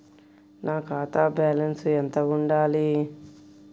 నా ఖాతా బ్యాలెన్స్ ఎంత ఉండాలి?